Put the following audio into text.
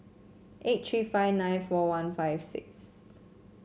eight three five nine four one five six